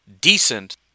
decent